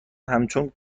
همچون